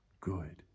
good